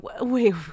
wait